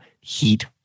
heat